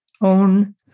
own